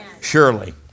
Surely